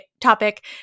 topic